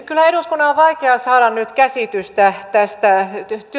kyllä eduskunnan on vaikea saada nyt käsitystä tästä